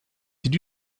did